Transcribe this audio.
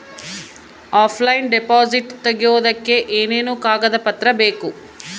Offline deposit ತೆಗಿಯೋದಕ್ಕೆ ಏನೇನು ಕಾಗದ ಪತ್ರ ಬೇಕು?